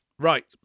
Right